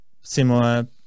similar